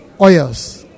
oils